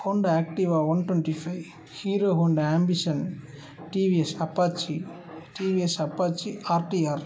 Honda Activa one twenty five Hero Honda Ambition TVS Apache TVS Apache RTR